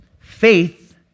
faith